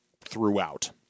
throughout